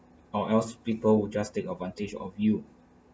or else people will just take advantage of you